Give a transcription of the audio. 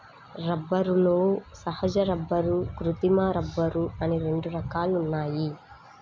రబ్బరులో సహజ రబ్బరు, కృత్రిమ రబ్బరు అని రెండు రకాలు ఉన్నాయి